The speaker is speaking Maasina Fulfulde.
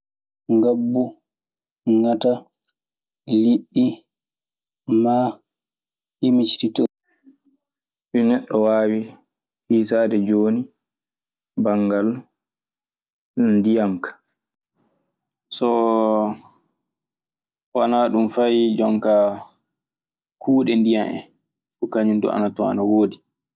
Ngabu, ngatta, liɗdi, maa ɗi micittitomi ɗi neɗɗo waawi hiisaade jooni banngal ndiyan kaa. So wonaa ɗum fay jooni ka kuuɗe ndiyam en fuu kañum dum ina woodi.